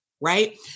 right